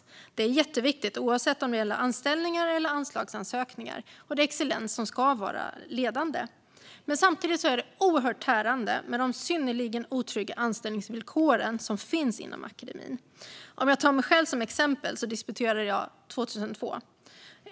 Detta är jätteviktigt, oavsett om det gäller anställningar eller anslagsansökningar. Excellens ska vara ledande. Men samtidigt är det oerhört tärande med de synnerligen otrygga anställningsvillkoren inom akademin. Jag kan ta mig själv som exempel. Jag disputerade 2002.